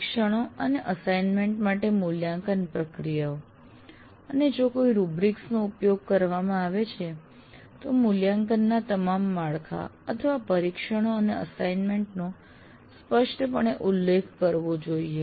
પરીક્ષણો અને એસાઈનમેન્ટ માટે મૂલ્યાંકન પ્રક્રિયાઓ અને જો કોઈ રુબ્રિક્સ નો ઉપયોગ કરવામાં આવે છે તો મૂલ્યાંકનના તમામ માળખા અથવા પરીક્ષણો અને એસાઈનમેન્ટ નો સ્પષ્ટપણે ઉલ્લેખ કરવો જોઈએ